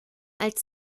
als